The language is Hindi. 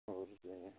और ये है